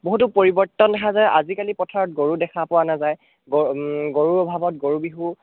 বহুতো পৰিৱৰ্তন দেখা যায় আজিকালি পথাৰত গৰু দেখা পোৱা নাযায় গৰু গৰুৰ অভাৱত গৰু বিহু